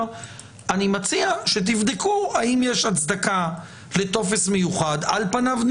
אני מציע שתבדקו האם יש הצדקה לטופס מיוחד על פניו,